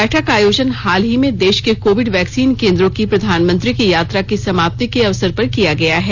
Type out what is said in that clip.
बैठक का आयोजन हाल ही में देश के कोविड वैक्सीन केंद्रों की प्रधानमंत्री की यात्रा की समाप्ति के अवसर पर किया गया है